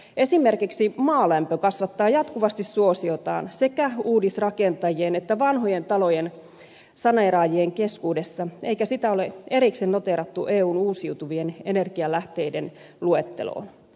esimerkiksi maalämpö kasvattaa jatkuvasti suosiotaan sekä uudisrakentajien että vanhojen talojen saneeraajien keskuudessa eikä sitä ole erikseen noteerattu eun uusiutuvien energianlähteiden luetteloon